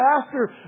Pastor